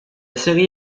série